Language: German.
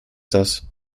das